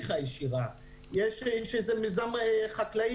יש מיזם חקלאי